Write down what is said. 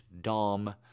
dom